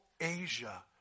Asia